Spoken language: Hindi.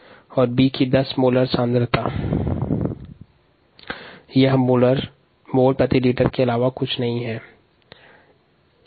A की सांद्रता और B की सांद्रता मोल्स प्रति लीटर में है